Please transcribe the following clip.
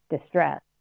distress